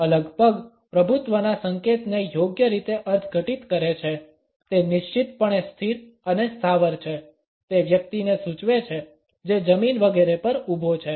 અલગ પગ પ્રભુત્વના સંકેતને યોગ્ય રીતે અર્થઘટિત કરે છે તે નિશ્ચિતપણે સ્થિર અને સ્થાવર છે તે વ્યક્તિને સૂચવે છે જે જમીન વગેરે પર ઊભો છે